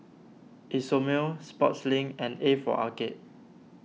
Isomil Sportslink and A for Arcade